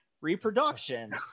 Reproduction